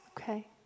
Okay